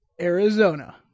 Arizona